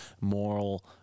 moral